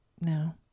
No